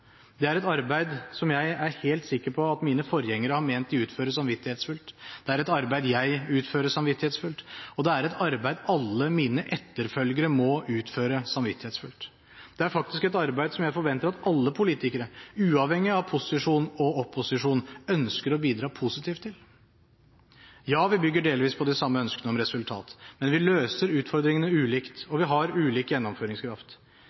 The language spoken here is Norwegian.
Det er et arbeid som jeg er helt sikker på at mine forgjengere har ment de utførte samvittighetsfullt, det er et arbeid jeg utfører samvittighetsfullt, og det er et arbeid alle mine etterfølgere må utføre samvittighetsfullt. Det er faktisk et arbeid som jeg forventer at alle politikere, uavhengig av posisjon og opposisjon, ønsker å bidra positivt til. Ja, vi bygger delvis på de samme ønskene om resultat, men vi løser utfordringene ulikt, og vi har ulik gjennomføringskraft.